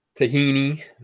Tahini